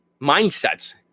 mindsets